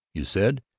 you said,